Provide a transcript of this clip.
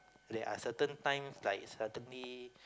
there are certain times like suddenly